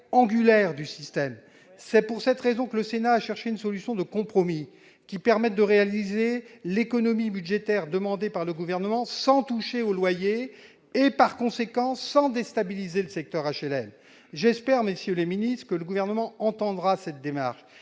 angulaire du système HLM. C'est pourquoi le Sénat a cherché une solution de compromis, qui permette de réaliser l'économie budgétaire demandée par le Gouvernement sans toucher au loyer et, en conséquence, sans déstabiliser le secteur HLM. J'espère, monsieur le ministre, que le Gouvernement entendra cette démarche.